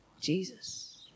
Jesus